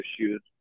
issues